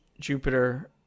Jupiter